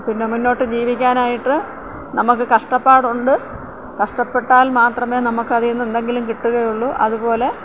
പിന്നെ മുന്നോട്ട് ജീവിക്കാനായിട്ട് നമുക്ക് കഷ്ടപ്പാടുണ്ട് കഷ്ടപ്പെട്ടാൽ മാത്രമേ നമുക്ക് അതിൽ നിന്ന് എന്തെങ്കിലും കിട്ടുകയുള്ളൂ അതുപോലെ